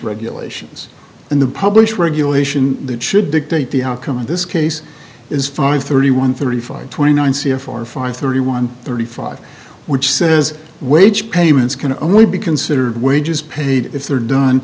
regulations and the publish regulation that should dictate the outcome of this case is five thirty one thirty five twenty nine c f r five thirty one thirty five which says wage payments can only be considered wages paid if they're done